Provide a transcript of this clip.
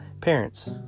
Parents